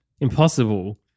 Impossible